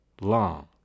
long